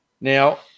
Now